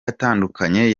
atandukanye